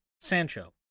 Sancho